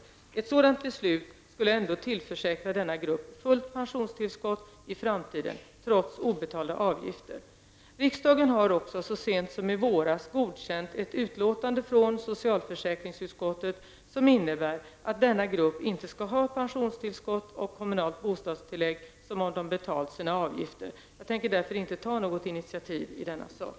Ett sådant beslut skulle ändå tillförsäkra denna grupp fullt pensionstillskott i framtiden trots obetalda avgifter. Riksdagen har också så sent som i våras godkänt ett utlåtande från socialförsäkringsutskottet som innebär att denna grupp inte skall ha pensionstillskott och KBT som om de betalt sina avgifter. Jag tänker därför inte ta något initiativ i denna sak.